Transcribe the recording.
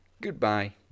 Goodbye